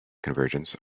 convergence